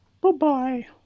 Bye-bye